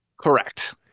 Correct